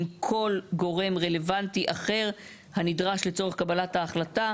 כל גורם רלוונטי אחר הנדרש לצורך קבלת ההחלטה".